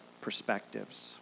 perspectives